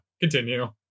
Continue